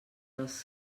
dels